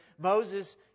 Moses